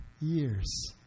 years